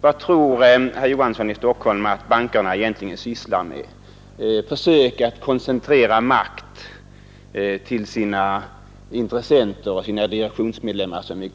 Vad tror herr Johansson i Stockholm att bankerna egentligen sysslar med? Försöker de koncentrera så mycket makt som möjligt till sina intressenter och direktionsmedlemmar eller